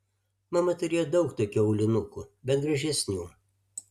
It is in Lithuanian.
mama turėjo daug tokių aulinukų bet gražesnių